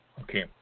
Okay